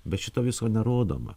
bet šito viso nerodoma